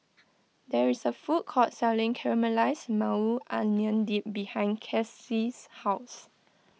there is a food court selling Caramelized Maui Onion Dip behind Kelsey's house